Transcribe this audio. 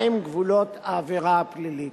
מהם גבולות העבירה הפלילית.